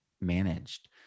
managed